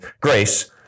grace